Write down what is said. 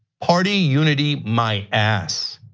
party unity my ass.